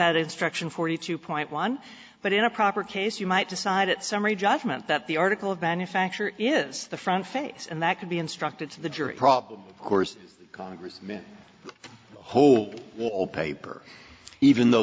had instructions forty two point one but in a proper case you might decide at summary judgment that the article of manufacture is the front face and that could be instructed to the jury problem of course congressmen hold wallpaper even though